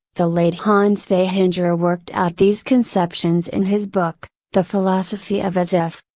the late hans vaihinger worked out these conceptions in his book, the philosophy of as if.